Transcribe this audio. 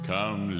Come